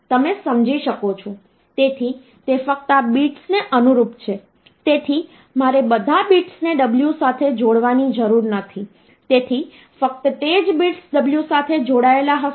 તેથી તે ગમે તે હોય હવે તમે આ 3 બીટ નંબરના દરેક જૂથને અનુરૂપ ઓક્ટલ ડિજિટ માં રૂપાંતરિત કરી શકો છો અને તે ઓક્ટલ રીપ્રેસનટેશન હશે